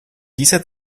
dieser